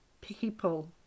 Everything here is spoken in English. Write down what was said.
people